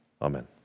Amen